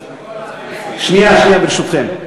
שנייה, שנייה, ברשותכם.